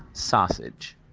sausage